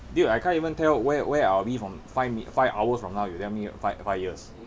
dude I can't even tell where where are we from five min~ five hours from now you tell me five five years